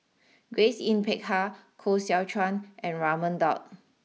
Grace Yin Peck Ha Koh Seow Chuan and Raman Daud